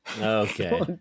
Okay